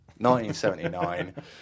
1979